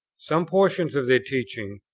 some portions of their teaching,